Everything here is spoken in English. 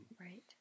right